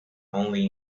only